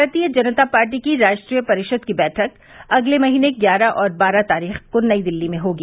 भारतीय जनता पार्टी की राष्ट्रीय परिषद की बैठक अगले महीने ग्यारह और बारह तारीख को नई दिल्ली में होगी